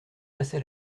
passa